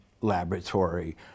laboratory